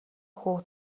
хүү